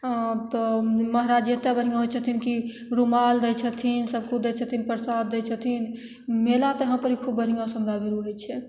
तऽ महराजजी एतेक बढ़िआँ होइ छथिन कि रुमाल दै छथिन सभकेँ दै छथिन परसाद दै छथिन मेला तऽ इहाँपर खूब बढ़िआँसे हमरा भिरु होइ छै